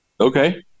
Okay